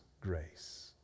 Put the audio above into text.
grace